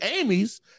Amy's